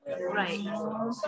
Right